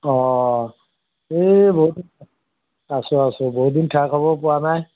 অঁ এই বহুত দিন আছোঁ আছোঁ বহুত দিন খা খবৰ পোৱা নাই